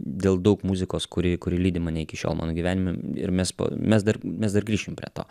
dėl daug muzikos kuri kuri lydi mane iki šiol mano gyvenime ir mes mes dar mes dar grįšim prie to